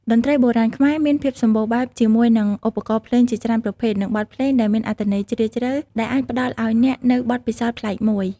តន្ត្រីបុរាណខ្មែរ មានភាពសម្បូរបែបជាមួយនឹង ឧបករណ៍ភ្លេងជាច្រើនប្រភេទ និងបទភ្លេងដែលមានអត្ថន័យជ្រាលជ្រៅ ដែលអាចផ្ដល់ឱ្យអ្នកនូវបទពិសោធន៍ប្លែកមួយ។